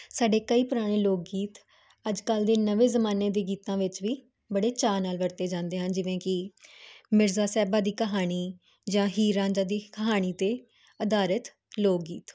ਸਾਡੇ ਕਈ ਪੁਰਾਣੇ ਲੋਕ ਗੀਤ ਅੱਜ ਕੱਲ ਦੇ ਨਵੇਂ ਜਮਾਨੇ ਦੇ ਗੀਤਾਂ ਵਿੱਚ ਵੀ ਬੜੇ ਚਾਅ ਨਾਲ ਵਰਤੇ ਜਾਂਦੇ ਹਨ ਜਿਵੇਂ ਕੀ ਮਿਰਜ਼ਾ ਸਾਹਿਬਾਂ ਦੀ ਕਹਾਣੀ ਜਾਂ ਹੀਰ ਰਾਂਝਾ ਦੀ ਕਹਾਣੀ ਤੇ ਅਧਾਰਿਤ ਲੋਕ ਗੀਤ